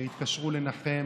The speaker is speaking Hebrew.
שהתקשרו לנחם